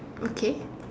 okay